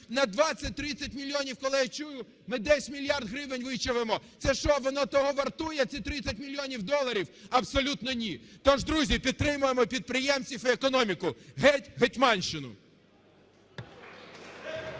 на 20-30 мільйонів, коли я чую, ми десь мільярд гривень вичавимо. Це що, воно того вартує, ці 30 мільйонів доларів? Абсолютно ні. Тож, друзі, підтримуємо підприємців і економіку. Геть "гетьманщину"!